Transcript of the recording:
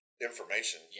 information